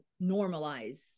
normalize